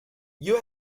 you